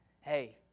Hey